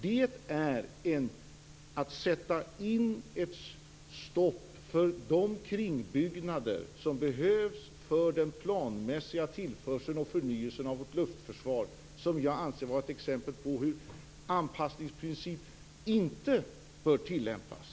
Det är att sätta in ett stopp för de kringbyggnader som behövs för den planmässiga tillförseln och förnyelsen av vårt luftförsvar, och detta är ett exempel på hur en anpassningsprincip inte bör tillämpas.